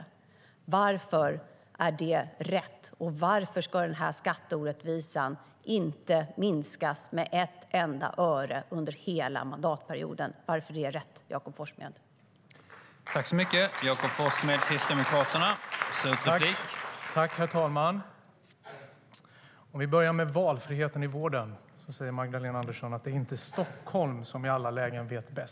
Varför är det rätt? Varför ska denna skatteorättvisa inte minskas med ett enda öre under hela mandatperioden? Varför är det rätt, Jakob Forssmed?